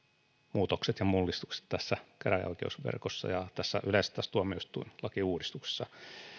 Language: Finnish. muutokset ja mullistukset tässä käräjäoikeusverkossa ja yleensä tässä tuomioistuinlakiuudistuksessa